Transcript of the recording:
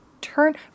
turn